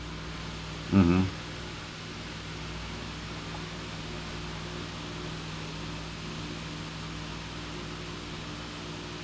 mmhmm